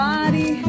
Body